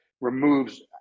removes